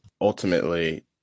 Ultimately